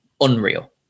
unreal